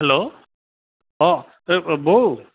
hello অঁ এই বৌ